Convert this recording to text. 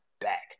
back